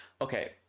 Okay